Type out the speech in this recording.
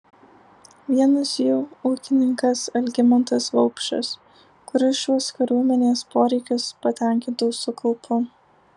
vienas jų ūkininkas algimantas vaupšas kuris šiuos kariuomenės poreikius patenkintų su kaupu